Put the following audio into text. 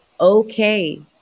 okay